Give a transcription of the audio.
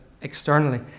externally